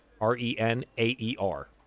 R-E-N-A-E-R